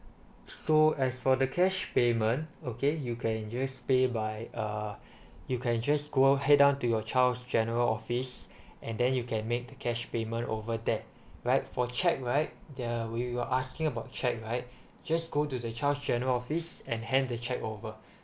so as for the cash payment okay you can just pay by uh you can just go head down to your child's general office and then you can make the cash payment over there right for cheque right the we were asking about cheque right just go to the child's general office and hand the cheque over